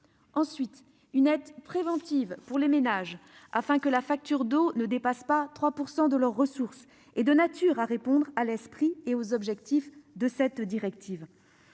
droit. Une aide préventive pour les ménages, afin que la facture d'eau ne dépasse pas 3 % de leurs ressources, est aussi de nature à répondre à l'esprit et aux objectifs de la directive.